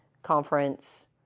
conference